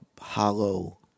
hollow